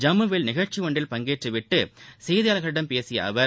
ஜம்முவில் நிகழ்ச்சி ஒன்றில் பங்கேற்றுவிட்டு செய்தியாளர்களிடம் அவர் பேசினார்